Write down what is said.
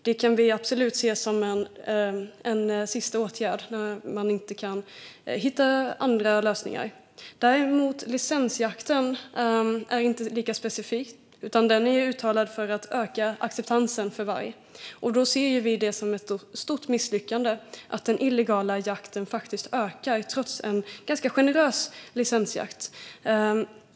Det kan vi absolut se som en sista åtgärd när man inte kan hitta andra lösningar. Däremot är licensjakten inte lika specifik, utan den är uttalat för att öka acceptansen för varg. Vi ser det som ett stort misslyckande att den illegala jakten faktiskt ökar, trots en generös licensjakt.